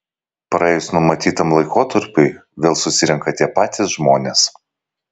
praėjus numatytam laikotarpiui vėl susirenka tie patys žmonės